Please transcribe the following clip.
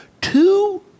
two